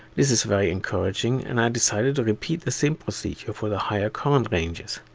this is very encouraging and i decided to repeat the same procedure for the higher current ranges.